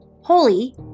Holy